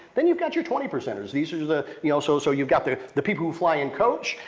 then you've got your twenty percenters. these are the, you know, so so you've got the the people who fly in coach,